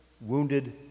wounded